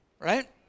right